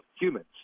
humans